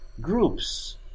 groups